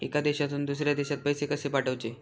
एका देशातून दुसऱ्या देशात पैसे कशे पाठवचे?